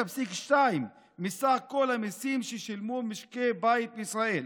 9.2% מסך כל המיסים ששילמו משקי בית בישראל.